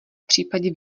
případě